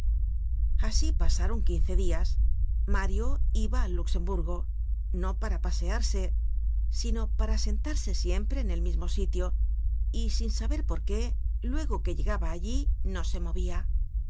asi pasaron quince dias mario iba al luxemburgo no para pasearse sino para sentarse siempre en el mismo sitio y sin saber por qué luego que llegaba allí no se movia